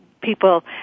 people